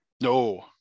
No